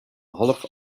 half